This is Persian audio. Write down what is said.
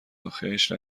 آخیش